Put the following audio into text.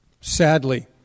Sadly